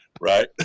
right